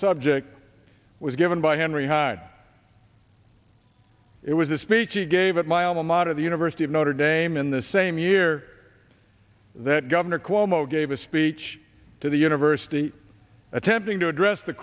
subject was given by henry hyde it was a speech he gave at my alma mater the university of notre dame in the same year that governor cuomo gave a speech to the university attempting to address the